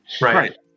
Right